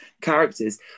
characters